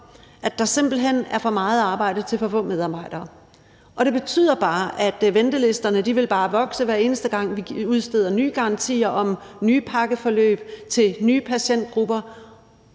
at der simpelt hen er for meget arbejde til for få medarbejdere. Og det betyder, at ventelisterne bare vil vokse, hver eneste gang vi udsteder nye garantier om nye pakkeforløb til nye patientgrupper.